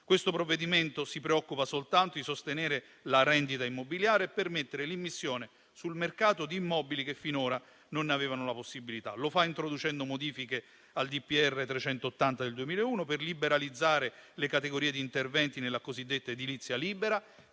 questo provvedimento si preoccupa soltanto di sostenere la rendita immobiliare e di permettere l'immissione sul mercato di immobili che finora non avevano la possibilità di starci. Lo fa introducendo modifiche al DPR n. 380 del 2001, per liberalizzare le categorie di interventi nella cosiddetta edilizia libera,